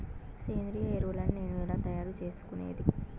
సేంద్రియ ఎరువులని నేను ఎలా తయారు చేసుకునేది?